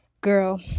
girl